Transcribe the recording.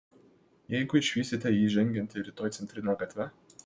jeigu išvysite jį žengiantį rytoj centrine gatve